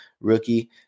rookie